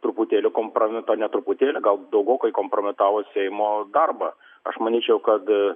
truputėlį kompromita ne truputėlį gal daugokai kompromitavo seimo darbą aš manyčiau kad